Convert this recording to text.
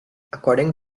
according